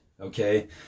Okay